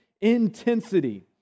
intensity